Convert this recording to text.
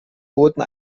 boten